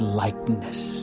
likeness